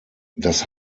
das